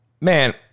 man